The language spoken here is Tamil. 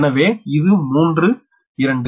எனவே இது 3 2